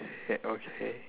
eh okay